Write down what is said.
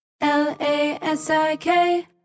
L-A-S-I-K